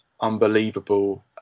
unbelievable